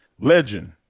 Legend